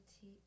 tea